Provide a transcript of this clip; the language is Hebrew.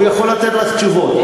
הוא יכול לתת לך תשובות.